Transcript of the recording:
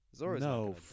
No